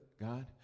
God